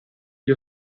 gli